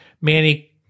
Manny